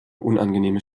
unangenehme